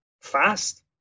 fast